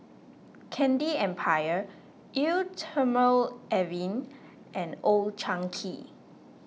Candy Empire Eau thermale Avene and Old Chang Kee